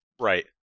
Right